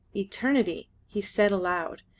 eternity! he said aloud,